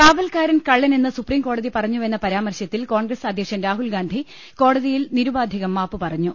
കാവൽക്കാരൻ കള്ളനെന്ന് സൂപ്രീംകോടതി പറഞ്ഞുവെന്ന പരാമർശത്തിൽ കോൺഗ്രസ് അധ്യക്ഷൻ രാഹുൽ ഗാന്ധി കോട തിയിൽ നിരുപാധികം മാപ്പുപരഞ്ഞു